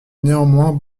néanmoins